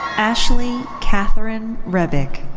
ashley catherine hrebik.